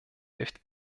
hilft